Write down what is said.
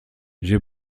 j’ai